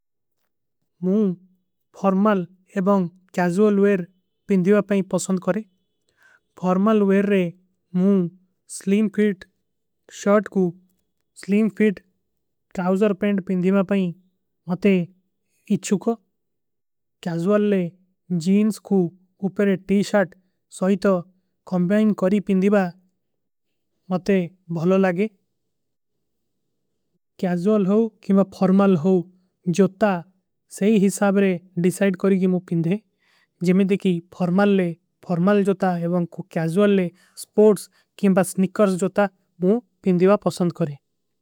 ମୂଁ ଫର୍ମାଲ ଏବଂଗ casual wear ପିଂଦିବା ପାଇଂ ପସଂଦ କରେଂ। ଫର୍ମାଲ ଵେର ରେ ମୂଁ ସ୍ଲୀମ କିଟ ଶର୍ଟ କୂ ସ୍ଲୀମ ଫିଟ। ଟ୍ରାଉଜର ପେଂଡ ପିଂଦିବା ପାଇଂ ମତେ ଇଚ୍ଛୁକୋ କ୍ଯାଜୂଲ ଲେ। ଜୀନ୍ସ କୂ ଉପରେ ଟୀ ଶର୍ଟ ସହୀ ତୋ କଂବାଇନ କରୀ ପିଂଦିବା। ମତେ ବହଲୋ ଲାଗେ କ୍ଯାଜୂଲ ହୋ କେମା। ଫର୍ମାଲ ହୋ ଜୋତା ସେହୀ ହିସାବରେ ଡିସାଇଟ କରୀ କୀ ମୂଁ ପିଂଦେ। ଜୈମେଂ ଦେଖୀ ଫର୍ମାଲ ଲେ ଫର୍ମାଲ ଜୋତା ଏବଂକୋ କ୍ଯାଜୂଲ ଲେ। ସ୍ପୋର୍ଟ୍ସ କେମା ସ୍ନିକର୍ସ ଜୋତା ମୂଁ ପିଂଦିବା ପସଂଦ କରେଂ।